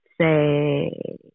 say